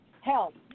Help